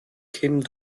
kim